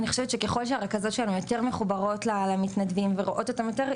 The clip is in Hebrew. אני חושבת שככל שהרכזות שלנו יותר מחוברות למתנדבים ורואות אותם יותר,